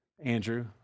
Andrew